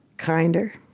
kinder,